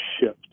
shift